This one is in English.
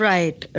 Right